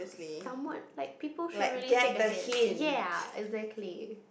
someone like people should really take ahead ya exactly